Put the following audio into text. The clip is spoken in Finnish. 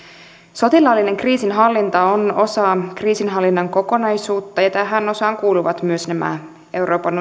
sotilaallinen kriisinhallinta on osa kriisinhallinnan kokonaisuutta ja tähän osaan kuuluvat myös nämä euroopan